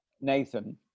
Nathan